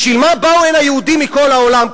בשביל מה באו הנה יהודים מכל העולם,